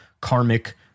karmic